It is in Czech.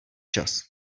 čas